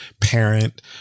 parent